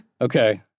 Okay